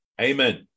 Amen